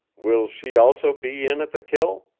will she also be in at the kill?